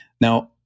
Now